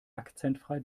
akzentfrei